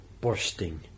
bursting